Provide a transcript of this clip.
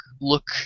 look